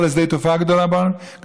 לא לשדה תעופה גדול בעולם,